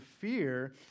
fear